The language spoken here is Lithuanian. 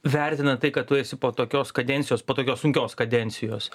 vertina tai kad tu esi po tokios kadencijos po tokios sunkios kadencijos